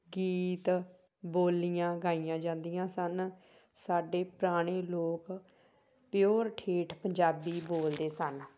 ਗੀਤ ਬੋਲੀਆਂ ਗਾਈਆਂ ਜਾਂਦੀਆਂ ਸਨ ਸਾਡੇ ਪੁਰਾਣੇ ਲੋਕ ਪਿਓਰ ਠੇਠ ਪੰਜਾਬੀ ਬੋਲਦੇ ਸਨ